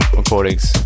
recordings